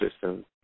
system